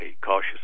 cautious